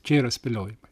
čia yra spėliojimai